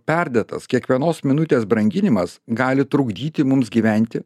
perdėtas kiekvienos minutės branginimas gali trukdyti mums gyventi